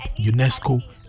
UNESCO